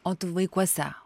o tu vaikuose